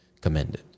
commended